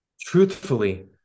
truthfully